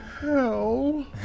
hell